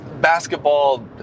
basketball